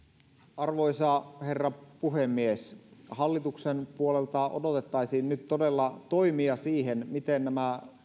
arvoisa herra puhemies hallituksen puolelta odotettaisiin nyt todella toimia siihen miten nämä